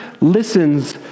listens